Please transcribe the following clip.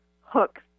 hooks